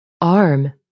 arm